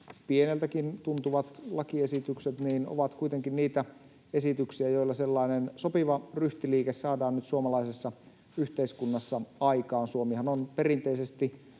pieneltäkin tuntuvat lakiesitykset ovat kuitenkin niitä esityksiä, joilla sellainen sopiva ryhtiliike saadaan nyt suomalaisessa yhteiskunnassa aikaan. Suomihan on perinteisesti